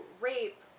rape